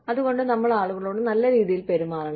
അതുകൊണ്ട് നമ്മൾ ആളുകളോട് നല്ല രീതിയിൽ പെരുമാറണം